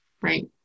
Right